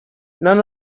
none